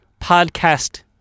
podcast